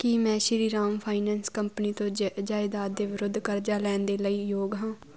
ਕੀ ਮੈਂ Shriram finance company ਤੋਂ ਜ ਜਾਇਦਾਦ ਦੇ ਵਿਰੁੱਧ ਕਰਜ਼ਾ ਲੈਣ ਦੇ ਲਈ ਯੋਗ ਹਾਂ